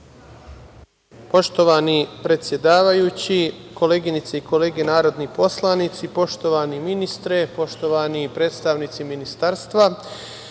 Poštovani predsedavajući, koleginice i kolege narodni poslanici, poštovani ministre, poštovani predstavnici ministarstva,